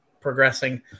progressing